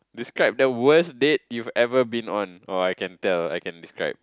describe the worst date you have ever been on or I can tell I can describe